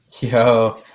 Yo